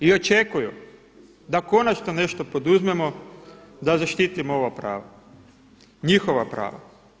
I očekuju da konačno nešto poduzmemo da zaštitimo ovo pravo, njihova prava.